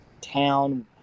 town